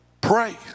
pray